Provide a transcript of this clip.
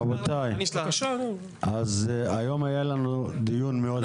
רבותיי, היום היה לנו דיון מאוד חשוב